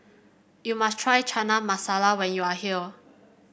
you must try Chana Masala when you are here